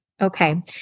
Okay